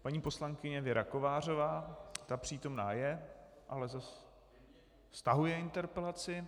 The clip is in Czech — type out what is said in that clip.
Paní poslankyně Věra Kovářová, ta přítomna je, ale stahuje interpelaci.